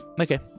Okay